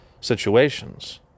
situations